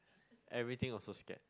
everything also scared